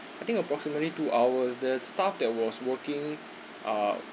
I think it approximately two hours the staff that was working err